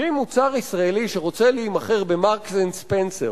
שאם מוצר ישראלי שרוצה להימכר ב"מרקס אנד ספנסר"